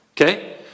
okay